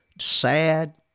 sad